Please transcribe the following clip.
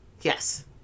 Yes